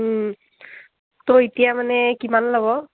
ত' এতিয়া মানে কিমান ল'ব